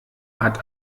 hat